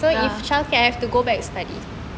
ya